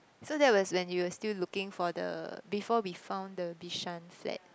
so that was when you were still looking for the before we found the Bishan flat